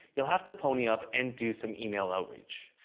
you'll have to pony up and do some email outreach.